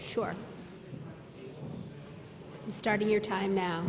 sure starting your time now